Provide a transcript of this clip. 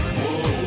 whoa